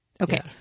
Okay